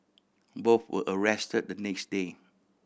both were arrest the next day